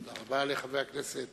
תודה רבה לחבר הכנסת